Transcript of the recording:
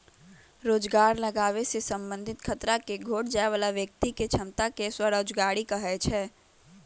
रोजगार लागाबे से संबंधित खतरा के घोट जाय बला व्यक्ति के क्षमता के स्वरोजगारी कहै छइ